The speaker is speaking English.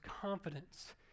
confidence